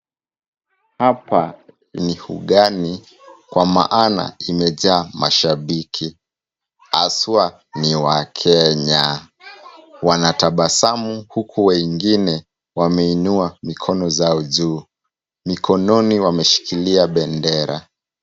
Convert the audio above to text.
Hapa ni ugani, kwa maana imejaa mashabiki, haswa ni wakenya. Wanatabasamu huku wengine wameinua mikono zao juu. Mikononi wameshikilia bendera.